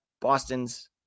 Boston's